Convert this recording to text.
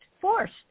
forced